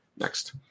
next